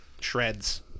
Shred's